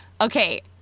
Okay